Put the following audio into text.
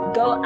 go